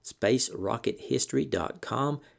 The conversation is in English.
spacerockethistory.com